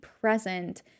present